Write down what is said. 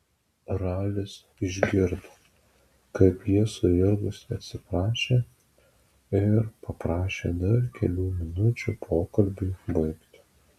ralis išgirdo kaip ji suirzusi atsiprašė ir paprašė dar kelių minučių pokalbiui baigti